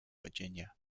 virginia